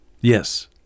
Yes